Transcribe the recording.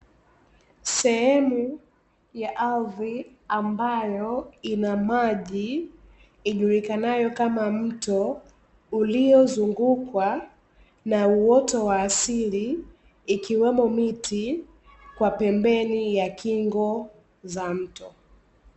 Sehemu ya ardhi ambayo ina maji, ijulikanayo kama mto uliozungukwa na uoto wa asili ikiwemo miti, kwa pembeni ya kingo za mto.